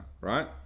right